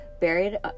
buried